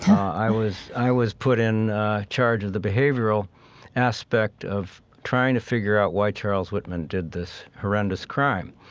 i was i was put in charge of the behavioral aspect of trying to figure out why charles whitman did this horrendous crime.